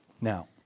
Now